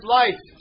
life